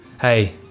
Hey